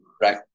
Right